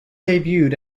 debuted